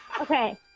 Okay